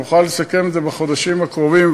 נוכל לסכם את זה בחודשים הקרובים,